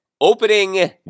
opening